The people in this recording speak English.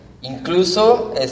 Incluso